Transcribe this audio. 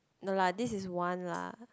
no lah this is one lah